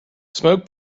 smoke